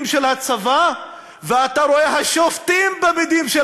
של הצבא ואתה רואה את השופטים במדים של